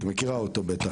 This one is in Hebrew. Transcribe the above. את מכירה אותו בטח.